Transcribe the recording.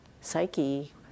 psyche